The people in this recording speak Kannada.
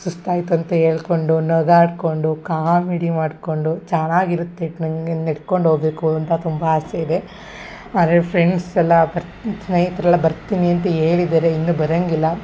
ಸುಸ್ತಾಯಿತು ಅಂತ ಹೇಳ್ಕೊಂಡು ನಗಾಡಿಕೊಂಡು ಕಾಮಿಡಿ ಮಾಡಿಕೊಂಡು ಚೆನ್ನಾಗಿರುತ್ತೆ ನನಗೆ ನೆಡ್ಕೊಂಡು ಹೋಗ್ಬೇಕು ಅಂತ ತುಂಬ ಆಸೆ ಇದೆ ಆದರೆ ಫ್ರೆಂಡ್ಸ್ ಎಲ್ಲ ಬರ್ ಸ್ನೇಹಿತರೆಲ್ಲ ಬರ್ತೀನಿ ಅಂತ ಹೇಳಿದಾರೆ ಇನ್ನೂ ಬರೋಂಗಿಲ್ಲ